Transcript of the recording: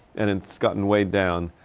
and it's gotten way down.